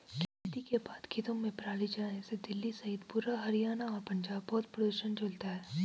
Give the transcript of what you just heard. खेती के बाद खेतों में पराली जलाने से दिल्ली सहित पूरा हरियाणा और पंजाब बहुत प्रदूषण झेलता है